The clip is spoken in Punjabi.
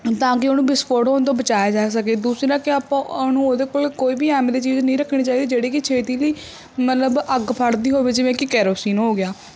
ਤਾਂ ਕਿ ਉਹਨੂੰ ਵਿਸਫ਼ੋਟ ਹੋਣ ਤੋਂ ਬਚਾਇਆ ਜਾ ਸਕੇ ਦੂਸਰਾ ਕਿ ਆਪਾਂ ਉਹਨੂੰ ਉਹਦੇ ਕੋਲ ਕੋਈ ਵੀ ਐਵੇਂ ਦੀ ਚੀਜ਼ ਨਹੀਂ ਰੱਖਣੀ ਚਾਹੀਦੀ ਜਿਹੜੀ ਕੀ ਛੇਤੀ ਲੀ ਮਤਲਬ ਅੱਗ ਫੜਦੀ ਹੋਵੇ ਜਿਵੇਂ ਕਿ ਕੈਰੋਸ਼ੀਨ ਹੋ ਗਿਆ